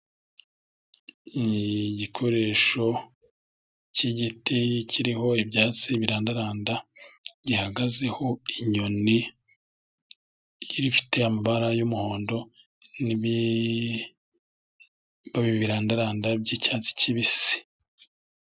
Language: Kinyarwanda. Ni igikoresho cy'igiti kiriho ibyatsi birandaranda, gihagazeho inyoni ifite amabara y'umuhondo n'ibibabi birandaranda by'icyatsi kibisi.